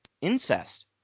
incest